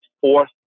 fourth